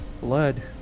blood